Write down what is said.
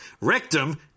Rectum